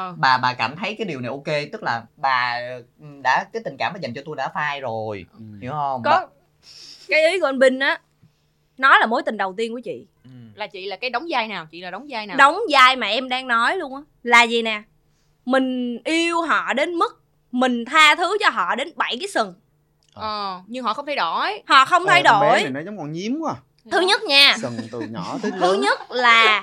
Ờ. Bà- bà cảm thấy cái điều này ok, tức là bà, ừ, đã- cái tình cảm mà dành cho tôi đã phai rồi, Ừ. hiểu không? Có- Bà- cái ý của anh Bình á, nói là mối tình đầu tiên của chị. Ừ. Là chị là cái đóng vai nào? Chị là đóng vai nào? Đóng vai mà em đang nói luôn á, là gì nè? Mình yêu họ đến mức mình tha thứ cho họ đến bảy cái sừng. Ờ, nhưng họ không thay đổi. Họ không thay Ôi, con bé đổi. này nó giống con nhím quá. Thứ Dạ. nhất nha, Sừng từ nhỏ tới thứ lớn. nhất là-